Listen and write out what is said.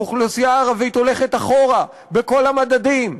האוכלוסייה הערבית הולכת אחורה בכל המדדים.